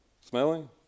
smelling